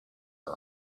are